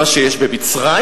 מה שיש במצרים?